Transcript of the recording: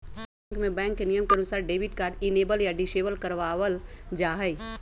हर bank में bank के नियम के अनुसार डेबिट कार्ड इनेबल या डिसेबल करवा वल जाहई